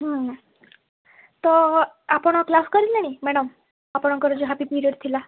ହଁ ନା ତ ଆପଣ କ୍ଲାସ୍ କରିଲେଣି ମ୍ୟାଡ଼ାମ୍ ଆପଣଙ୍କର ଯାହା ବି ପିରିଅଡ଼୍ ଥିଲା